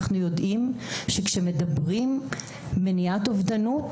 אנחנו יודעים כשמדברים מניעת אובדנות,